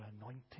anointing